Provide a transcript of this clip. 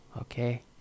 Okay